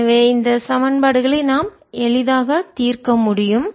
எனவே இந்த சமன்பாடுகளை நாம் எளிதாக தீர்க்க முடியும்